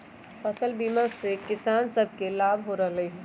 फसल बीमा से किसान सभके लाभ हो रहल हइ